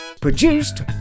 produced